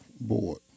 board